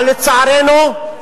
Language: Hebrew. אבל לצערנו,